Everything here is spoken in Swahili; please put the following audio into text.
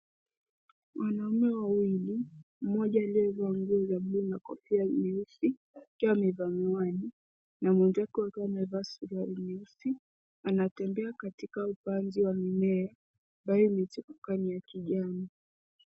Wanaume wawili mmoja aliyevaa nguo za blu na kofia nyeusi akiwa amevaa miwani, na mwenzake akiwa amevaa suruali nyeusi anatembea katika upanzi wa mimea ambaye yamechukua ni ya kijani.